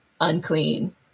unclean